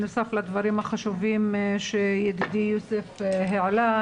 בנוסף לדברים החשובים שידידי יוסף העלה,